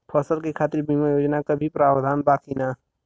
फसल के खातीर बिमा योजना क भी प्रवाधान बा की नाही?